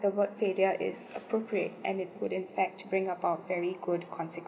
the word failure is appropriate and it would in fact bring about very good